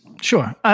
Sure